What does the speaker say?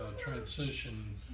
transition